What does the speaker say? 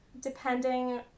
depending